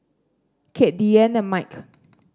Kade Diane and Mike